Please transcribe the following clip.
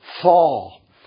fall